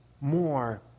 more